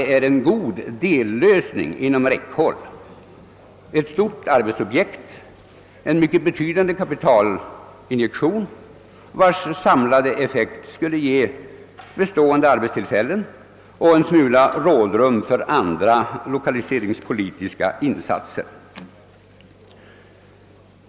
Vi har också framhållit att det är fråga om ett stort arbetsobjekt som medför en mycket betydande kapitalinjektion, vars samlade effekt skulle ge bestående arbetstillfällen och en smula rådrum när det gäller andra lokaliseringspolitiska insatser.